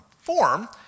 form